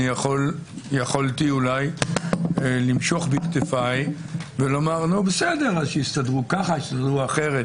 יכולתי אולי למשוך בכתפיי ולומר: שיסתדרו כך או אחרת.